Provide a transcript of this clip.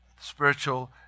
spiritual